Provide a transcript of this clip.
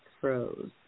froze